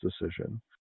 decision